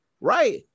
right